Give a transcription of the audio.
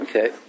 Okay